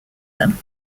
them